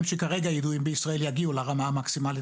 המאגרים שכרגע ידועים בישראל יגיעו לרמה המקסימלית,